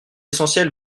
essentiel